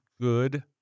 good